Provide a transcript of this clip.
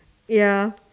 ya